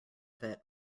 that